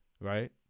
Right